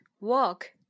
walk